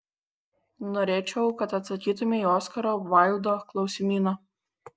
norėčiau kad atsakytumei į oskaro vaildo klausimyną